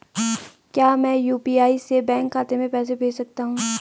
क्या मैं यु.पी.आई से बैंक खाते में पैसे भेज सकता हूँ?